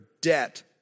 debt